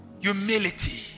Humility